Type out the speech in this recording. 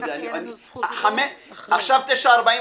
עכשיו 9:46,